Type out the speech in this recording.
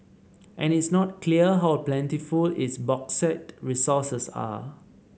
and it's not clear how plentiful its bauxite resources are